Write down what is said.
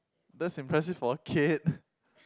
that's impressive for a kid